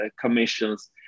commissions